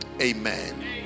Amen